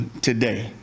today